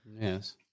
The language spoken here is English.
Yes